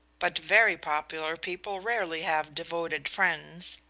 but very popular people rarely have devoted friends,